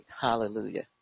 Hallelujah